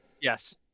Yes